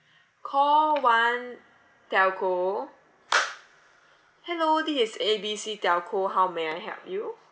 call one telco hello this is A B C telco how may I help you